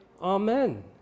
Amen